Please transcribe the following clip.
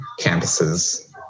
campuses